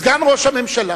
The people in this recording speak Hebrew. סגן ראש הממשלה,